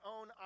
own